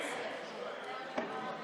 את הצעת חוק